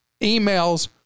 emails